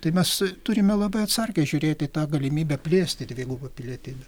tai mes turime labai atsargiai žiūrėti į tą galimybę plėsti dvigubą pilietybę